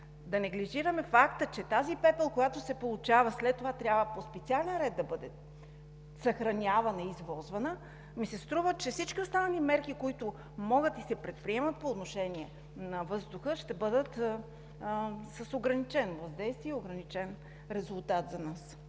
да неглижираме факта, че тази пепел, която се получава, след това трябва по специален ред да бъде съхранявана и извозвана, ми се струва, че всички останали мерки, които могат да се предприемат по отношение на въздуха, ще бъдат с ограничено въздействие и ограничен резултат за нас.